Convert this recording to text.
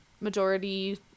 majority